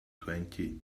twenty